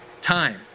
time